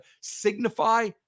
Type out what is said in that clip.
signify